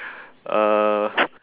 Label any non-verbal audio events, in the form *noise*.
uh *breath*